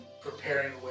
preparing